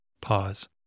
pause